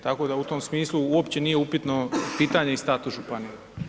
Tako da u tom smislu uopće nije upitno pitanje i status županija.